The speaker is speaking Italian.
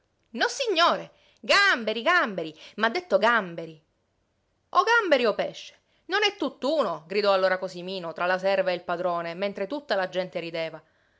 pesce nossignore gamberi gamberi m'ha detto gamberi o gamberi o pesce non è tutt'uno gridò allora cosimino tra la serva e il padrone mentre tutta la gente rideva